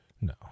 No